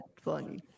funny